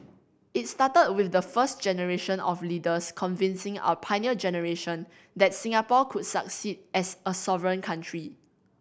it started with the first generation of leaders convincing our Pioneer Generation that Singapore could succeed as a sovereign country